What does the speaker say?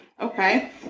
Okay